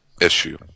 issue